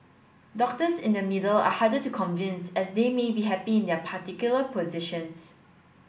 doctors in the middle are harder to convince as they may be happy in their particular positions